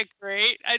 Great